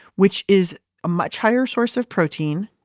which is a much higher source of protein.